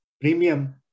premium